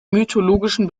mythologischen